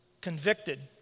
convicted